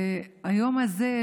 היום הזה,